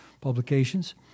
Publications